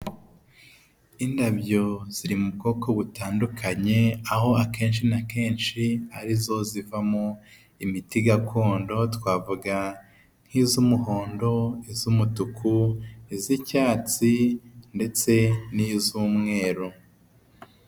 Indabyo ziri mu bwoko butandukanye aho akenshi na kenshi arizo zivamo imiti gakondo twavuga nk'iz'umuhondo, iz'umutuku iz'icyatsi ndetse n'iz'umweru.